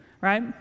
right